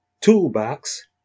toolbox